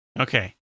Okay